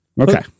Okay